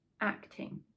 acting